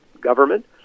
government